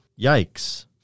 Yikes